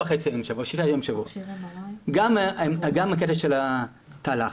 גם הקטע של התא לחץ,